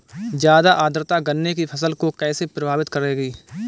ज़्यादा आर्द्रता गन्ने की फसल को कैसे प्रभावित करेगी?